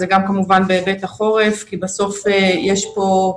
זה גם כמובן בהיבט החורף כי בסוף יש פה,